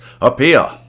appear